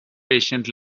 patient